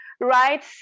right